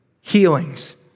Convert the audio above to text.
healings